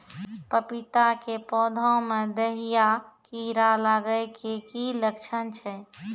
पपीता के पौधा मे दहिया कीड़ा लागे के की लक्छण छै?